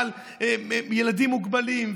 ועל ילדים מוגבלים,